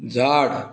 झाड